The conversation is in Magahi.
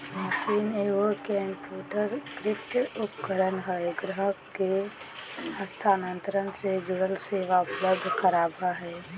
मशीन एगो कंप्यूटरीकृत उपकरण हइ ग्राहक के हस्तांतरण से जुड़ल सेवा उपलब्ध कराबा हइ